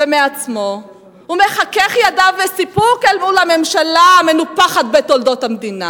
הוא אינו מוטרד מהבידוד הבין-לאומי